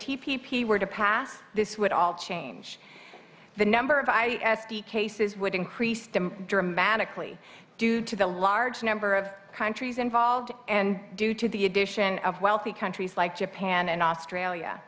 p p p were to pass this would all change the number of i the cases would increase them dramatically due to the large number of countries involved and due to the addition of wealthy countries like japan and australia